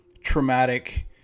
traumatic